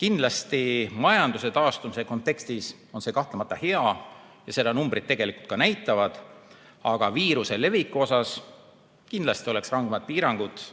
Kindlasti majanduse taastumise kontekstis on see kahtlemata hea ja seda numbrid tegelikult ka näitavad, aga viiruse leviku osas kindlasti oleks rangemad piirangud